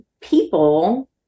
people